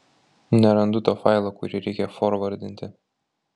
nerandu to failo kurį reikia forvardinti